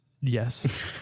Yes